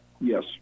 yes